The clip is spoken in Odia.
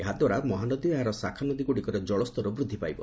ଏହାଦ୍ୱାରା ମହାନଦୀ ଓ ଏହାର ଶାଖାନଦୀ ଗୁଡ଼ିକରେ ଜଳସ୍ତର ବୂଦ୍ଧି ପାଇବ